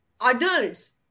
adults